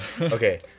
okay